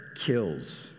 kills